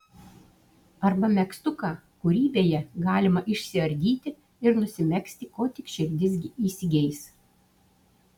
arba megztuką kurį beje galima išsiardyti ir nusimegzti ko tik širdis įsigeis